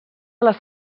les